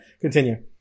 continue